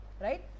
right